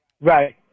Right